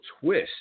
twist